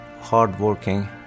hardworking